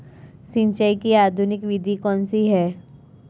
सिंचाई की आधुनिक विधि कौनसी हैं?